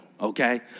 okay